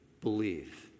believe